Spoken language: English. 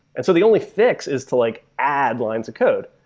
and so the only fix is to like add lines of code.